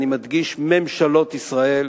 אני מדגיש: ממשלות ישראל,